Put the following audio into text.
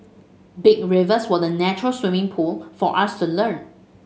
big rivers were the natural swimming pool for us to learn